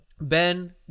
Ben